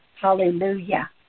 Hallelujah